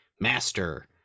master